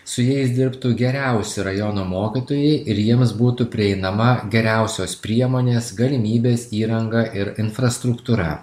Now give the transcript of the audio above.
su jais dirbtų geriausi rajono mokytojai ir jiems būtų prieinama geriausios priemonės galimybės įranga ir infrastruktūra